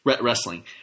wrestling